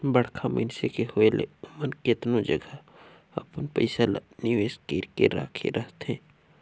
बड़खा मइनसे के होए ले ओमन केतनो जगहा अपन पइसा ल निवेस कइर के राखे रहथें